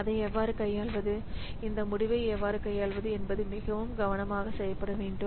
அதை எவ்வாறு கையாள்வது இந்த முடிவை எவ்வாறு கையாள்வது என்பது மிகவும் கவனமாக செய்யப்பட வேண்டும்